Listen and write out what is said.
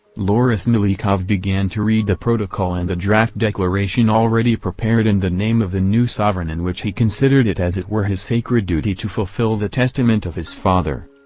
lorismelikov began to read the protocol and the draft declaration already prepared in the name of the new sovereign in which he considered it as it were his sacred duty to fulfill the testament of his father.